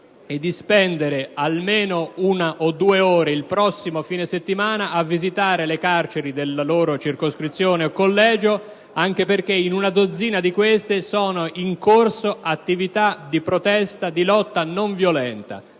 e di spendere almeno una o due ore il prossimo fine settimana per visitare le carceri della propria circoscrizione o collegio, anche perché in una dozzina di questi istituti sono in corso attività di protesta, di lotta non violenta,